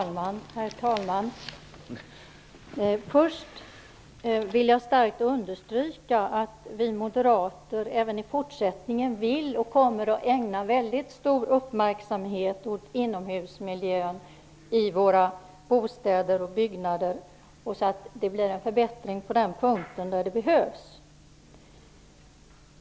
Herr talman! Jag vill starkt understryka att vi moderater även i fortsättningen vill och kommer att ägna väldigt stor uppmärksamhet åt inomhusmiljön i våra bostäder och byggnader, så att det blir en förbättring på den punkten när det behövs.